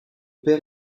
père